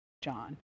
John